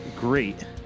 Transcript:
great